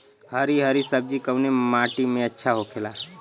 हरी हरी सब्जी कवने माटी में अच्छा होखेला?